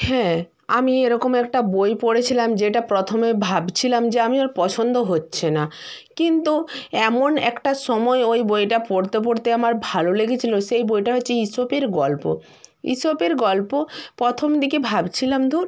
হ্যাঁ আমি এরকম একটা বই পড়েছিলাম যেটা প্রথমে ভাবছিলাম যে আমি ওর পছন্দ হচ্ছে না কিন্তু এমন একটা সময় ওই বইটা পড়তে পড়তে আমার ভালো লেগেছিলো সেই বইটা হচ্ছে ঈশপের গল্প ঈশপের গল্প প্রথম দিকে ভাবছিলাম ধুর